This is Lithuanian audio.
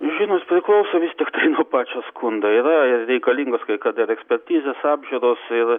žinot priklauso vis tiktai nuo pačio skundo yra ir reikalingos kai kada ir ekspertizės apžiūros ir